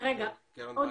אני מבין.